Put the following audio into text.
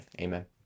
Amen